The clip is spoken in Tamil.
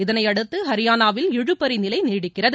இதனையடுத்து ஹரியானாவில் இழுபறி நிலை நீடிக்கிறது